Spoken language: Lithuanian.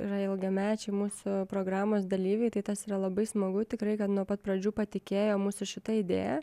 yra ilgamečiai mūsų programos dalyviai tai tas yra labai smagu tikrai kad nuo pat pradžių patikėjo mūsų šita idėja